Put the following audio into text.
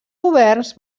governs